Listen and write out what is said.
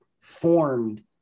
formed